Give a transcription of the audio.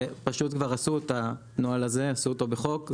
כבר עשו את הנוהל הזה בחוק,